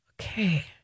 Okay